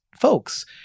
folks